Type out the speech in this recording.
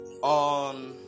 on